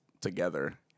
together